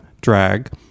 drag